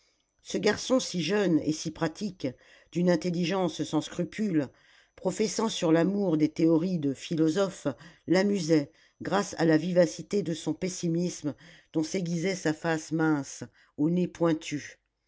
ce garçon si jeune et si pratique d'une intelligence sans scrupule professant sur l'amour des théories de philosophe l'amusait grâce à la vivacité de son pessimisme dont s'aiguisait sa face mince au nez pointu